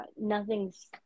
nothing's